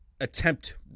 attempt